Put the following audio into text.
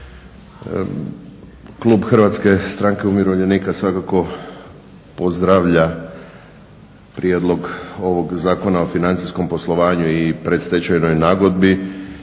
Klub HSU-a svakako pozdravlja prijedlog ovog Zakona o financijskom poslovanju i predstečajnoj nagodbi